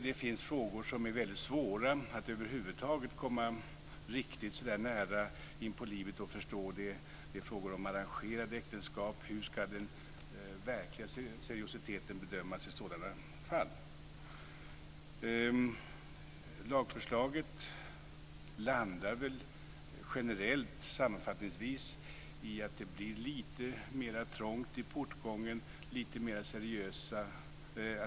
Det finns också frågor som är väldigt svåra att förstå och komma riktigt nära inpå livet. Det kan gälla frågor om arrangerade äktenskap. Hur ska seriositeten bedömas i sådana fall? Lagförslaget landar väl sammanfattningsvis i att det blir lite mera trångt i portgången.